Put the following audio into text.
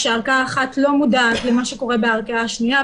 כשערכאה אחת לא מודעת למה שקורה בערכאה השנייה,